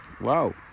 wow